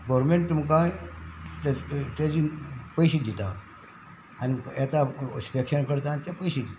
government तुमकां तेजे पयशे दिता आनी येता इंस्पेक्शन करता ते पयशे दिता